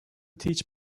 teach